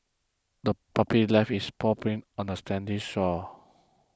the puppy left its paw prints on the sandy shore